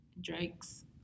Drake's